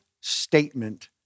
statement